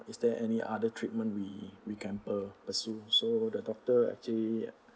is there any other treatment we we can pur~ pursue so the doctor actually